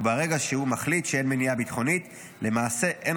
וברגע שהוא מחליט שאין מניעה ביטחונית למעשה אין